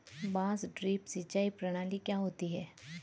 बांस ड्रिप सिंचाई प्रणाली क्या होती है?